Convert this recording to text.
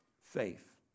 Faith